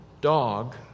dog